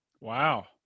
Wow